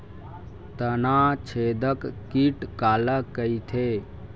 तनाछेदक कीट काला कइथे?